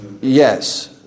Yes